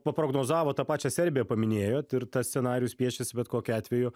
paprognozavot tą pačią serbiją paminėjot ir tas scenarijus piešiasi bet kokiu atveju